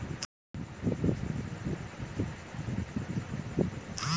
ছিপ দিয়ে, জাল ফেলে এবং আরো বিভিন্ন পদ্ধতি অবলম্বন করে মাছ ধরা হয়